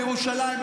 בירושלים,